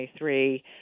2023